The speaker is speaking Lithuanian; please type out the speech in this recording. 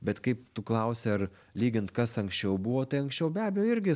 bet kaip tu klausi ar lygint kas anksčiau buvo tai anksčiau be abejo irgi